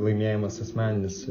laimėjimas asmeninis